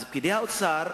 אז פקידי האוצר,